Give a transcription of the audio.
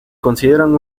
consideran